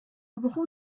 gros